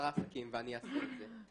ואני אעשה את זה.